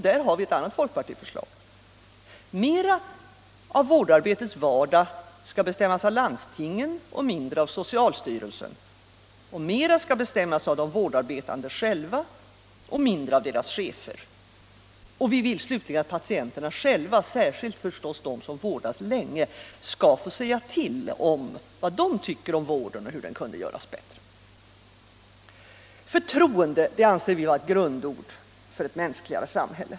Där har vi ett annat folkpartiförslag: mera av vårdarbetets vardag skall bestämmas av landstingen och mindre av socialstyrelsen, och mera skall bestämmas av de vårdarbetande själva och mindre av deras chefer. Vi vill slutligen att patienterna själva, särskilt de som vårdas länge, skall få säga till om vad de tycker om vården och hur den kunde göras bättre. Förtroende — det anser jag är ett grundord för ett mänskligare samhälle.